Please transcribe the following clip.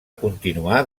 continuar